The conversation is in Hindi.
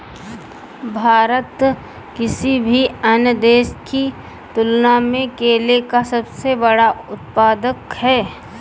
भारत किसी भी अन्य देश की तुलना में केले का सबसे बड़ा उत्पादक है